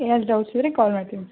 ಏನಾದರೂ ಡೌಟ್ಸ್ ಇದ್ದರೆ ಕಾಲ್ ಮಾಡ್ತೀನಿ ಸರ್